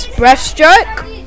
breaststroke